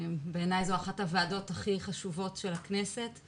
בעיני זו אחת הוועדות הכי חשובות של הכנסת,